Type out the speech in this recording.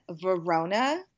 Verona